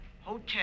Hotel